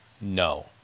no